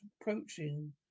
approaching